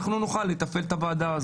הגדלת מקומות בוועדת החוץ